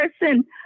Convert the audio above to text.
person